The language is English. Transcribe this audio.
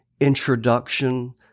introduction